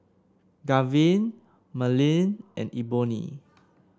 Garvin Marleen and Eboni